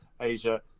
Asia